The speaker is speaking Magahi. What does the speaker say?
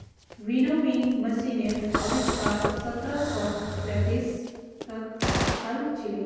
विनोविंग मशीनेर आविष्कार सत्रह सौ सैंतीसत हल छिले